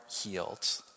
healed